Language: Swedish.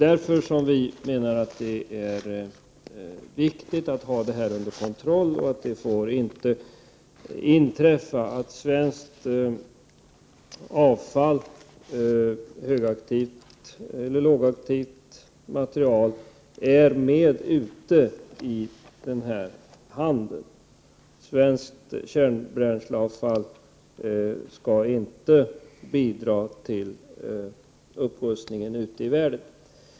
Därför menar vi i centerpartiet att det är viktigt att ha denna verksamhet under kontroll. Det får inte inträffa att svenskt avfall, högaktivt eller lågaktivt material, förekommer i denna handel. Svenskt kärnbränsleavfall skall inte bidra till upprustningen ute i världen.